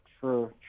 True